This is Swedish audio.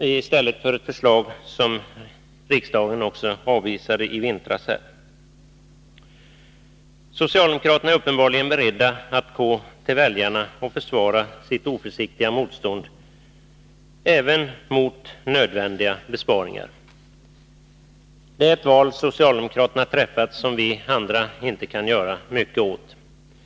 ett förslag som riksdagen avvisade i vintras. Socialdemokraterna är uppenbarligen beredda att gå till väljarna och försvara sitt oförsiktiga motstånd även mot nödvändiga besparingar. Det är ett val som socialdemokraterna har träffat och som vi andra inte kan göra så mycket åt.